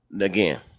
Again